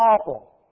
awful